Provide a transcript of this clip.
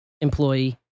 employee